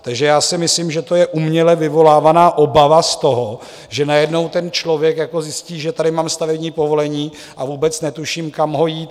Takže já si myslím, že to je uměle vyvolávaná obava z toho, že najednou ten člověk zjistí, že tady mám stavební povolení, a vůbec netuším, kam jít...